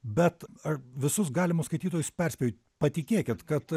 bet a visus galimus skaitytojus perspėju patikėkit kad